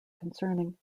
concerning